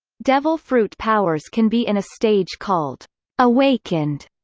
devil fruit powers can be in a stage called awakened,